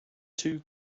two